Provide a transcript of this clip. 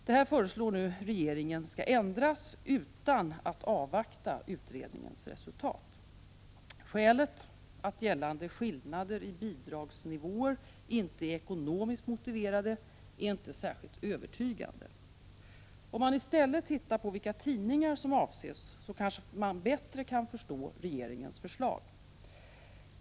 Detta föreslår nu regeringen skall ändras utan att man avvaktar utredningens resultat. Skälet, att gällande skillnader i bidragsnivåer inte är ekonomiskt motiverade, är inte särskilt övertygande. Om man i stället tittar på vilka tidningar som avses kanske man bättre kan förstå regeringens förslag.